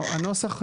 הנוסח,